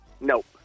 Nope